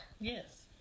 Yes